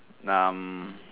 numb